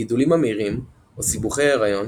גידולים ממאירים או סיבוכי הריון